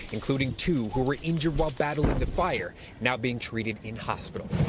including two who were injured while battling the fire now being treated in hospital.